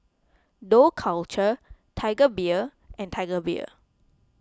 Dough Culture Tiger Beer and Tiger Beer